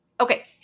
Okay